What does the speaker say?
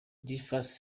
differs